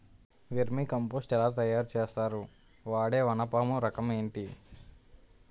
Vermi compost ఎలా తయారు చేస్తారు? వాడే వానపము రకం ఏంటి?